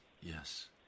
yes